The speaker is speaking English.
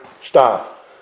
stop